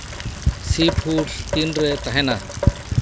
seafoods ᱛᱤᱱᱨᱮ ᱛᱟᱦᱮᱱᱟ